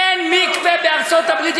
אין מקווה בארצות-הברית.